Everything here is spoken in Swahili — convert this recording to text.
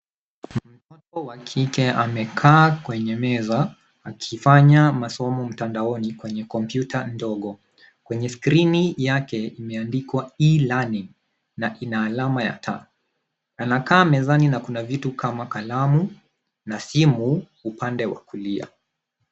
Mwanafunzi wa kike amekaa kwenye meza akifanya masomo mtandaoni kwenye kompyuta ndogo . Kwenye skrini yake kumeandikwa e-learning na ina alama ya taa. Anakaa mezani na kuna vitu kama kalamu na simu upande wa kulia.